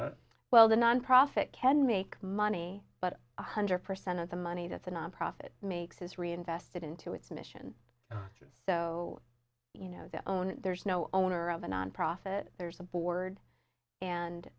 money well the nonprofit can make money but one hundred percent of the money that's a nonprofit makes is reinvested into its mission so you know their own there's no owner of a nonprofit there's a board and